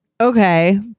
Okay